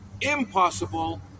impossible